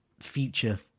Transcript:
future